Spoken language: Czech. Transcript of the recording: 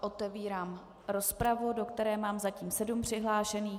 Otevírám rozpravu, do které mám zatím sedm přihlášených.